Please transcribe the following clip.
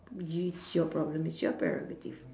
you it's your problem it's your prerogative